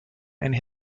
and